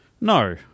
No